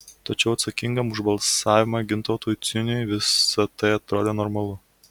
tačiau atsakingam už balsavimą gintautui ciuniui visa tai atrodė normalu